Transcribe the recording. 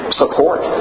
support